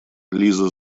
лиза